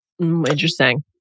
Interesting